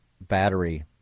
battery